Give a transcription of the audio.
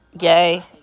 yay